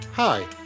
Hi